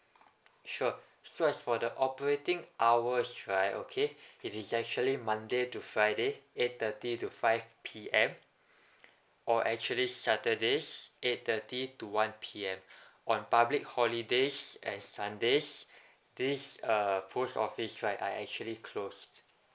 sure so as for the operating hours right okay it is actually monday to friday eight thirty to five P_M or actually saturdays eight thirty to one P_M on public holidays and sundays this um uh post office right are actually closed